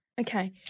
Okay